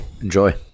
Enjoy